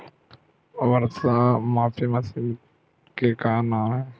वर्षा मापी मशीन के का नाम हे?